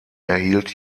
erhielt